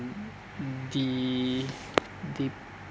the the